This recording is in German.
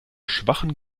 schwachen